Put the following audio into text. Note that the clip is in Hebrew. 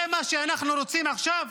זה מה שאנחנו רוצים עכשיו?